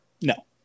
No